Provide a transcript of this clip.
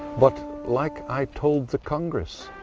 but like i told the congress,